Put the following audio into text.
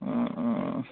অঁ অঁ অঁ